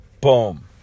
Boom